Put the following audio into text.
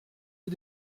les